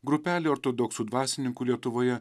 grupelė ortodoksų dvasininkų lietuvoje